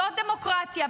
זו דמוקרטיה.